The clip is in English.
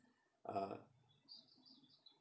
uh